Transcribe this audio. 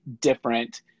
different